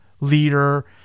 leader